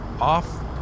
off